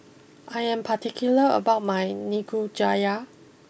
I am particular about my Nikujaga